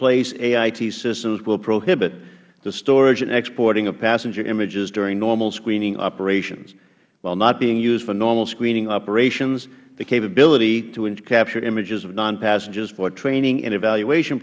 place ait systems will prohibit the storage and exporting of passenger images during normal screening operations while not being used for normal screening operations the capability to capture images of non passengers for training and evaluation